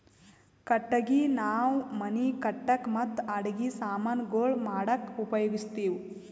ಕಟ್ಟಗಿ ನಾವ್ ಮನಿ ಕಟ್ಟಕ್ ಮತ್ತ್ ಅಡಗಿ ಸಮಾನ್ ಗೊಳ್ ಮಾಡಕ್ಕ ಉಪಯೋಗಸ್ತಿವ್